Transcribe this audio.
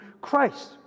Christ